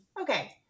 okay